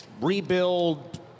Rebuild